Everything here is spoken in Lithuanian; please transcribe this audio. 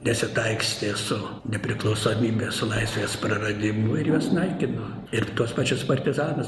nesitaikstė su nepriklausomybe su laisvės praradimu ir juos naikino ir tuos pačius partizanus